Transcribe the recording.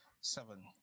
Seven